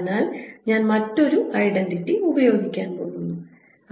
അതിനാൽ ഞാൻ മറ്റൊരു ഐഡന്റിറ്റി ഉപയോഗിക്കാൻ പോകുന്നു